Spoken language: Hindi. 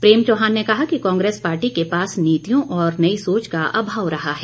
प्रेम चौहान ने कहा कि कांग्रेस पार्टी के पास नीतियों और नई सोच का अभाव रहा है